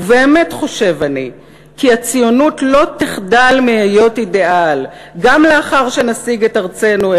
ובאמת חושב אני כי הציונות לא תחדל מהיות אידיאל גם אחר שנשיג את ארצנו,